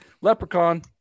leprechaun